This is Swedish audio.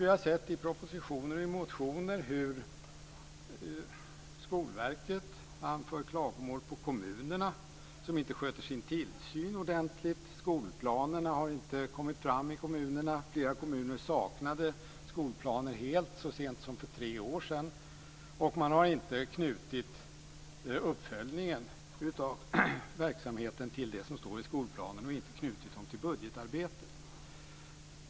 Vi har sett i propositioner och motioner hur Skolverket anför klagomål på kommunerna som inte sköter sin tillsyn ordentligt. Skolplanerna har inte kommit fram i kommunerna. Flera kommuner saknade skolplaner helt så sent som för tre år sedan. Man har inte knutit uppföljningen av verksamheten till det som står i skolplanen, och inte knutit den till budgetarbetet.